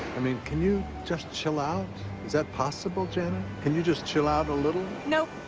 i mean, can you just chill out is that possible, janet? can you just chill out a little? nope,